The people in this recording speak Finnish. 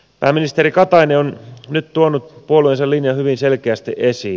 pääministeri katainen on nyt tuonut puolueensa linjan hyvin selkeästi esiin